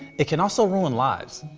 it can also ruin lives.